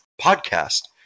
podcast